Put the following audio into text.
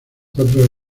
cuatro